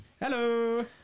Hello